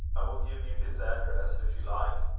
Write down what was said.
i will give you his address, if you like.